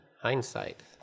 hindsight